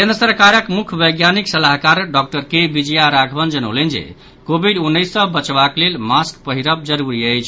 केंद्र सरकारक मुख्य वैज्ञानिक सलाहकार डॉक्टर के विजया राघवन जनौलनि जे कोविड उन्नैस सँ बचबाक लेल मास्क पहिरब जरूरी अछि